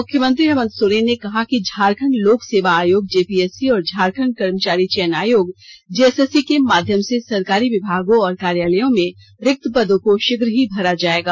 मुख्यमंत्री हेमंत सोरेन ने कहा कि झारखण्ड लोक सेवा आयोग जेपीएससी और झारखंड कर्मचारी चयन आयोग जेएसएससी के माध्यम से सरकारी विमागों और कार्यालयों में रिक्त पदों को शीघ्र ही भरा जायेगा